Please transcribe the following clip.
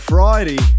Friday